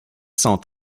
sont